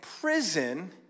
prison